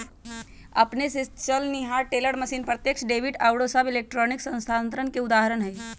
अपने स चलनिहार टेलर मशीन, प्रत्यक्ष डेबिट आउरो सभ इलेक्ट्रॉनिक स्थानान्तरण के उदाहरण हइ